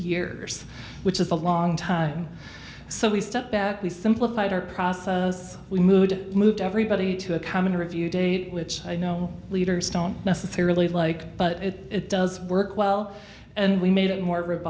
years which is a long time so we step back we simplified our process as we moved it moved everybody to a common review date which i know leaders don't necessarily like but it does work well and we made it more r